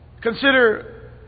Consider